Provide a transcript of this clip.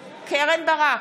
ברק,